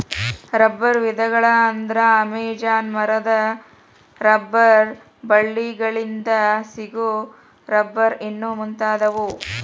ರಬ್ಬರ ವಿಧಗಳ ಅಂದ್ರ ಅಮೇಜಾನ ಮರದ ರಬ್ಬರ ಬಳ್ಳಿ ಗಳಿಂದ ಸಿಗು ರಬ್ಬರ್ ಇನ್ನು ಮುಂತಾದವು